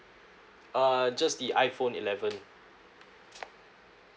uh just the iphone eleven